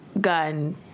gun